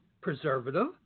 preservative